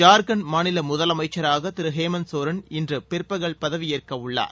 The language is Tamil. ஜார்க்கண்ட் மாநில முதலமைச்சராக திரு ஹேமந்த் சோரன் இன்று பிற்பகல் பதவியேற்க உள்ளார்